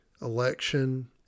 election